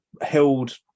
held